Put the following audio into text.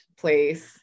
place